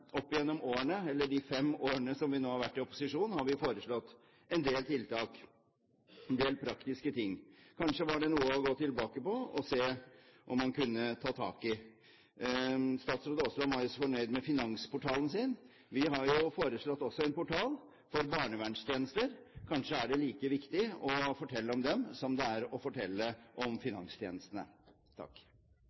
en del tiltak, en del praktiske ting. Kanskje var det noe å gå tilbake til og se om man kunne ta tak i. Statsråd Aasland var jo så fornøyd med Finansportalen. Vi har jo også foreslått en portal for barnevernstjenester. Kanskje er det like viktig å fortelle om dem som det er å fortelle om finanstjenestene.